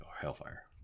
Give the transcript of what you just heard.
Hellfire